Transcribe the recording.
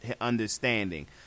understanding